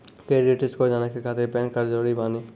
Credit score जाने के खातिर पैन कार्ड जरूरी बानी?